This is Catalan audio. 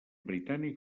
britànic